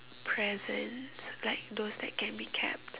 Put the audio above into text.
presents like those that can be kept